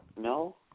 no